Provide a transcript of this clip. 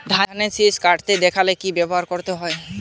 ধানের শিষ কাটতে দেখালে কি ব্যবহার করতে হয়?